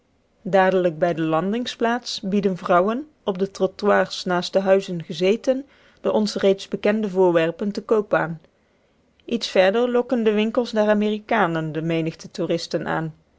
dadelijk bij de landingsplaats bieden vrouwen op de trottoirs langs de huizen gezeten de ons reeds bekende voorwerpen te koop aan iets verder lokken de winkels der amerikanen de menigte toeristen aan